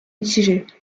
mitigées